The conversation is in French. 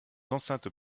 enceintes